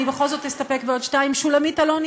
אני בכל זאת אסתפק בעוד שתיים: שולמית אלוני